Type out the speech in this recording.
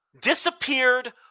disappeared